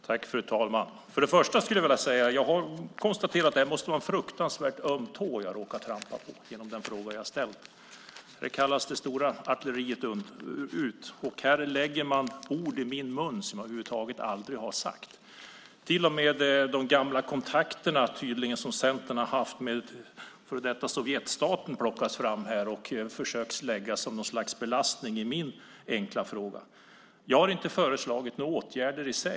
Fru talman! Jag konstaterar att jag måste ha råkat trampa på en fruktansvärt öm tå genom den fråga jag har ställt. Det stora artilleriet kallas in, och man lägger ord i min mun som jag över huvud taget aldrig har sagt. Till och med de gamla kontakter som Centern tydligen hade med den forna Sovjetstaten plockas fram, och man försöker lägga det som något slags belastning i min enkla fråga. Jag har inte föreslagit några åtgärder i sig.